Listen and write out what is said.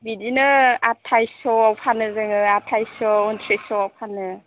बिदिनो आथायसस' फानो जोङो आथायसस' उन्ट्रिसस' फानो